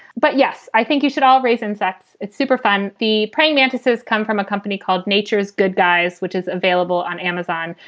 but yes, i think you should all raise insects. it's super fun. the praying mantises come from a company called nature's good guys, which is available on amazon.